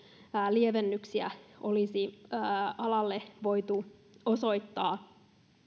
lievennyksiä olisi alalle voitu osoittaa